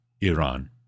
Iran